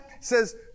says